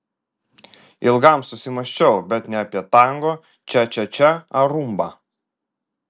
ilgam susimąsčiau bet ne apie tango čia čia čia ar rumbą